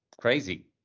crazy